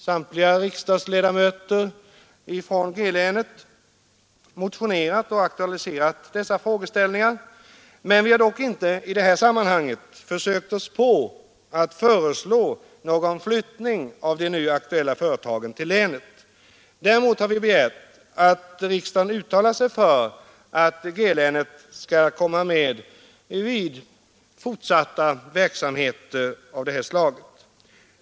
Samtliga riksdagsledamöter från G-länet har motionerat och aktualiserat dessa frågeställningar, men vi har dock inte försökt oss på att föreslå någon flyttning av de nu aktuella företagen till länet. Däremot har vi begärt att riksdagen uttalar sig för att G-länet skall komma med vid fortsatta verksamheter av detta slag.